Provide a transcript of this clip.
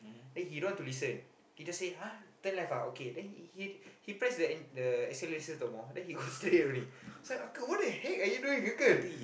then he don't want to listen he just say !huh! turn left ah okay then he he press the en~ the acceleration some more then he go straight only I said uncle what the heck are you doing uncle